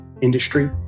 industry